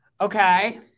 Okay